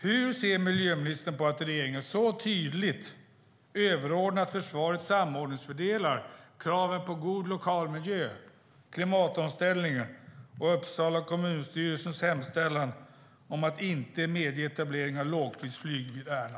Hur ser miljöministern på att försvarets samordningsfördelar av regeringen så tydligt överordnats kraven på en god lokal miljö, klimatomställningen och Uppsala kommunstyrelses hemställan om att inte medge etablering av lågprisflyg vid Ärna?